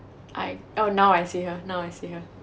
I oh now I see her now I see her